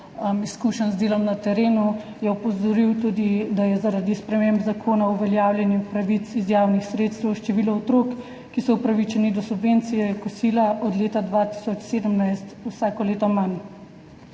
izkušenj z delom na terenu, je opozoril tudi, da je zaradi sprememb Zakona o uveljavljanju pravic iz javnih sredstev število otrok, ki so upravičeni do subvencije kosila od leta 2017 vsako leto manjše.